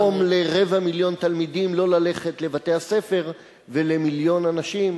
לגרום לרבע מיליון תלמידים לא ללכת לבתי-הספר ולמיליון אנשים